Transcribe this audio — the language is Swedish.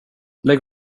lägg